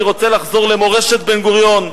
אני רוצה לחזור למורשת בן-גוריון,